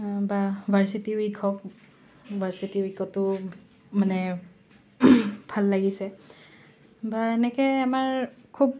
বা varsity week হওক varsity উইকতো মানে ভাল লাগিছে বা এনেকৈ আমাৰ খুব